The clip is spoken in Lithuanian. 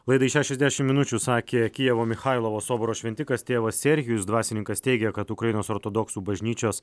laidai šešiasdešimt minučių sakė kijevo michailovo soboro šventikas tėvas sergijus dvasininkas teigia kad ukrainos ortodoksų bažnyčios